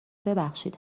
ببخشید